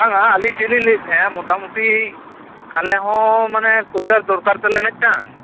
ᱵᱟᱝᱼᱟ ᱟᱹᱞᱤᱧ ᱪᱮᱫ ᱞᱤᱧ ᱞᱟᱹᱭ ᱮᱫ ᱛᱟᱦᱮᱸᱱᱟ ᱢᱚᱴᱟᱢᱩᱴᱤ ᱟᱞᱮᱦᱚᱸ ᱢᱟᱱᱮ ᱠᱳᱪᱟᱨ ᱫᱚᱨᱠᱟᱨ ᱛᱟᱞᱮ ᱢᱤᱫᱴᱟᱝ